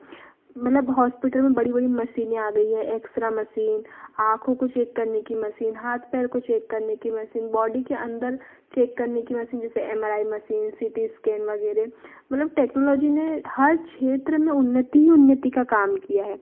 मतलब हॉस्पिटल में बड़ी बड़ी मशीनें आ गई है एक्सरा मसीन आँखों को चेक करने की मसीन हाथ पैर को चेक करने की मशीन बॉडी के अंदर चेक करने की मसीन जैसे M R I machine C T scan वगैरह मतलब टेक्नोलॉजी ने हर क्षेत्र में उन्नति ही उन्नति का काम किया है